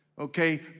Okay